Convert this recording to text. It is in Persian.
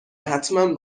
حتمن